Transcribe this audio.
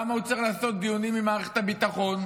למה הוא צריך לעשות דיונים עם מערכת הביטחון?